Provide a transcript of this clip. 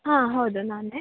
ಹಾಂ ಹೌದು ನಾನೆ